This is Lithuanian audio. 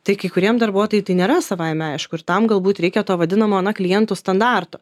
tai kai kuriem darbuotojai tai nėra savaime aišku ir tam galbūt reikia to vadinamo na klientų standarto